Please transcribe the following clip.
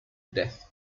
death